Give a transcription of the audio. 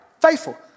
Faithful